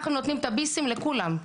אנחנו נותנים את הביסים לכולם,